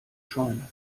scheune